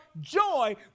joy